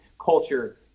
culture